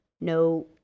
no